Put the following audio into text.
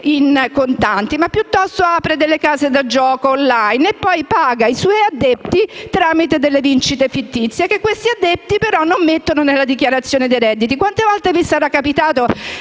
in contanti, piuttosto apre delle case da gioco *on line* e poi paga i suoi addetti tramite vincite fittizie, che questi ultimi non riportano nella dichiarazione dei redditi. Quante volte vi sarà capitato